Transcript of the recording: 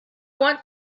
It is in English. want